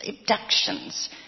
abductions